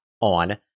on